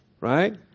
Right